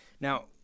Now